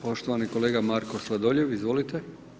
Poštovani kolega Marko Sladoljev, izvolite.